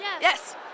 Yes